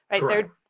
right